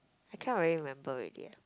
I can't really remember already eh